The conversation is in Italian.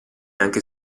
anche